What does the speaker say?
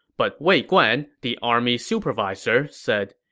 but wei guan, the army supervisor, said,